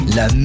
la